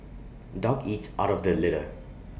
dog eats out of the litter